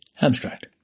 Abstract